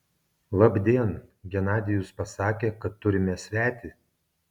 labdien genadijus pasakė kad turime svetį